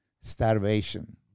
starvation